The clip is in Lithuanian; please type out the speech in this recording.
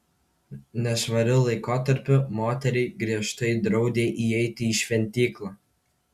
nešvariu laikotarpiu moteriai griežtai draudė įeiti į šventyklą